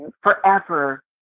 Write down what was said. forever